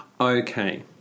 Okay